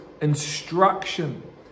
instruction